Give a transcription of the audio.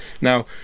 Now